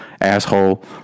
asshole